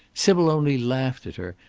sybil only laughed at her,